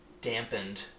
dampened